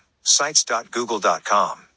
sites.google.com